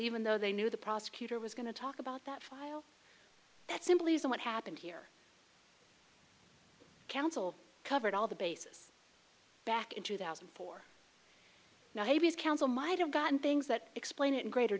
even though they knew the prosecutor was going to talk about that file that simply isn't what happened here counsel covered all the bases back in two thousand and four now his counsel might have gotten things that explain it in greater